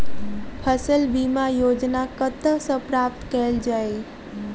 फसल बीमा योजना कतह सऽ प्राप्त कैल जाए?